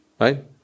right